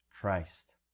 Christ